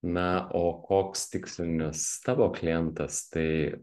na o koks tikslinis tavo klientas tai